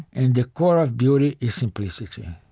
and the core of beauty is simplicity